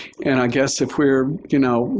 and i guess if we're, you know,